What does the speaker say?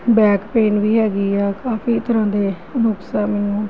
back pain ਵੀ ਹੈਗੀ ਆ ਕਿਉਂ ਕਈ ਤਰ੍ਹਾਂ ਦੇ ਨੁਕਸ ਆ ਮੈਨੂੰ